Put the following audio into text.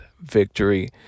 victory